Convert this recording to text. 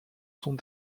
sont